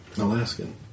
Alaskan